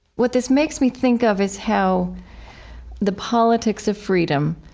what this makes me think of is how the politics of freedom